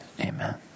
Amen